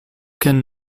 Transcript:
can